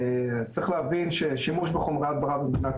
צריך להבין ששימוש בחומרי הדברה במדינת